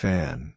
Fan